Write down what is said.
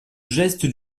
geste